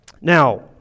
Now